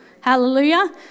Hallelujah